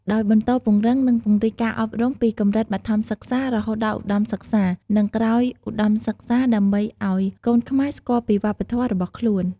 ដោយបន្តពង្រឹង និងពង្រីកការអប់រំពីកម្រិតបឋមសិក្សា រហូតដល់ឧត្តមសិក្សា និងក្រោយឧត្តមសិក្សា ដើម្បីឲ្យកូនខ្មែរស្គាល់ពីវប្បធម៌របស់ខ្លួន។